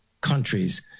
countries